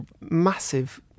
massive